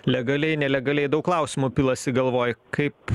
legaliai nelegaliai daug klausimų pilasi galvoj kaip